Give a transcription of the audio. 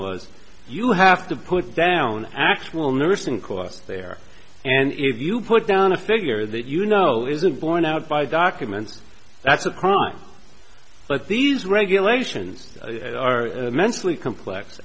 was you have to put down actual nursing corps there and if you put down a figure that you know isn't borne out by document that's a crime but these regulations are mentally complex